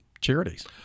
charities